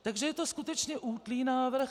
Takže je to skutečně útlý návrh.